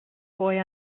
boy